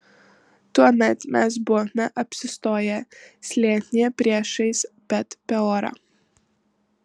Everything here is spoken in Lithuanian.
tuomet mes buvome apsistoję slėnyje priešais bet peorą